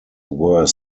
were